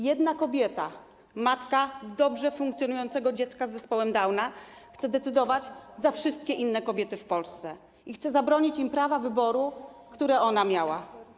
Jedna kobieta, matka dobrze funkcjonującego dziecka z zespołem Downa, chce decydować za wszystkie inne kobiety w Polsce i chce zabronić im prawa wyboru, które ona miała.